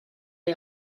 est